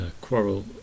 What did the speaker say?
quarrel